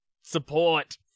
support